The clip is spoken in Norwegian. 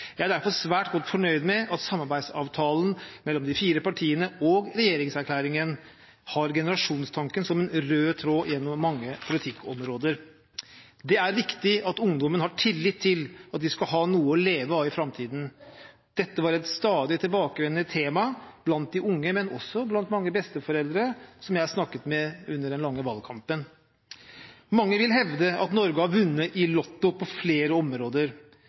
Jeg er derfor svært godt fornøyd med at samarbeidsavtalen mellom de fire partiene og regjeringserklæringen har generasjonstanken som en rød tråd gjennom mange politikkområder. Det er viktig at ungdommen har tillit til at de skal ha noe å leve av i framtiden. Dette var et stadig tilbakevendende tema blant de unge, men også blant mange besteforeldre som jeg snakket med under den lange valgkampen. Mange vil hevde at Norge har vunnet i lotto på flere områder.